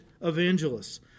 evangelists